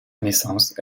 naissance